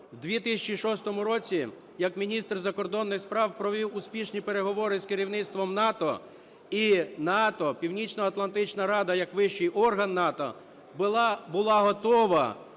в 2006 році як міністр закордонних справ провів успішні переговори з керівництвом НАТО і НАТО, Північноатлантична рада як вищий орган НАТО була готова